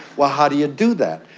well, how do you do that?